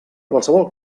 qualsevol